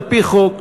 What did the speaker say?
על-פי חוק,